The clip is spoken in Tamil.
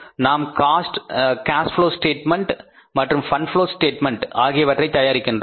நாம் காஸ் ஃப்ளோ ஸ்டேட்மென்ட் மற்றும் பன்ட் புளோ ஸ்டேட்மெண்ட் ஆகியவற்றை தயாரிக்கிறோம்